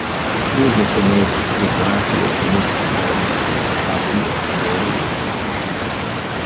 uzio sūnaus izrachijos sūnūs yra mykolas abdija joelis ir išija